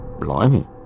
blimey